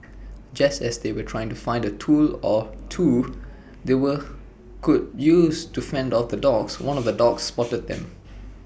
just as they were trying to find A tool or two they were could use to fend off the dogs one of the dogs spotted them